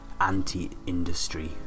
anti-industry